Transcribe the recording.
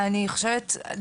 אני חושבת,